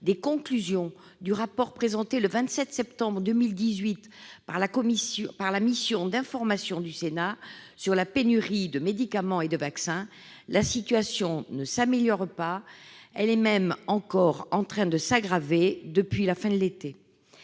des conclusions du rapport présenté le 27 septembre 2018 par la mission d'information du Sénat sur les pénuries de médicaments et de vaccins, la situation ne s'améliore pas. Elle s'est même encore aggravée depuis la fin de l'été.